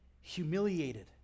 humiliated